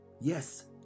Yes